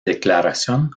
declaración